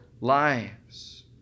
lives